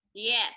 Yes